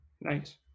Nice